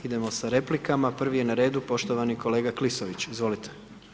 Idemo sa replikama, prvi je na redu poštovani kolega Klisović, izvolite.